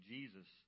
Jesus